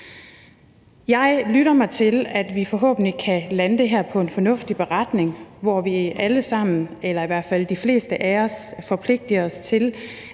Jeg lytter mig til, at vi forhåbentlig kan lande det her på en fornuftig beretning, hvor vi alle sammen eller i hvert fald de fleste af os forpligter os til,